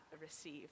receive